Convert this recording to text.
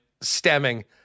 stemming